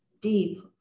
deep